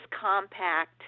compact